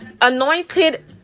Anointed